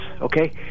okay